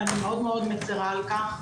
ואני מאוד מאוד מצרה על כך,